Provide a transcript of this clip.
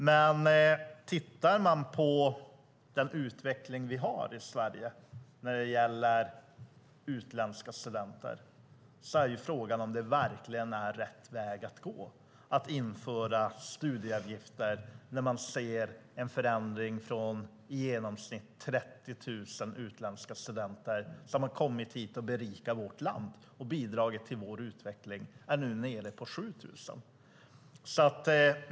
Men tittar man på den utveckling vi har i Sverige när det gäller utländska studenter är frågan om det verkligen är rätt väg att gå att införa studieavgifter när man ser en förändring från i genomsnitt 30 000 utländska studenter som har kommit hit och berikat vårt land och bidragit till vår utveckling till ungefär 7 000.